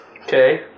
Okay